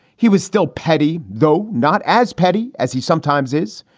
he was still petty, though not as petty as he sometimes is.